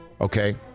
okay